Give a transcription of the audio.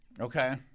Okay